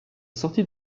sortie